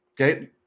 Okay